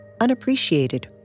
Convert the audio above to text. unappreciated